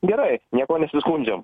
gerai niekuo nesiskundžiam